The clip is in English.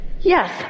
yes